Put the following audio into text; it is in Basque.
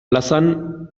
plazan